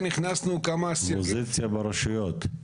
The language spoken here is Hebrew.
האופוזיציה ברשויות.